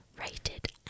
Rated